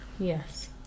Yes